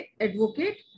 advocate